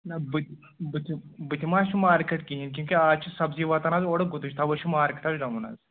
نہَ بُتھِ بُتھِ بُتھِ ما آسوٕ مارکیٹ کِہیٖنٛۍ کیونٛکہِ اَز چھِ سبزی واتان حظ اورٕ گُتُج تَوَے چھُ مارکیٹ اَز ڈاوُن حظ